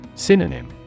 Synonym